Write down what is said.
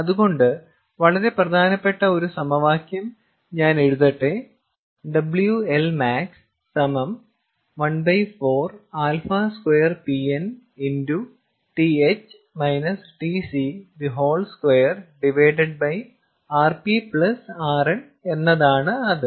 അതുകൊണ്ട് വളരെ പ്രധാനപ്പെട്ട ഒരു സമവാക്യം ഞാൻ എഴുതട്ടെ WLmax14α2PN2RP RN എന്നതാണ് അത്